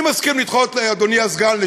אדוני הסגן,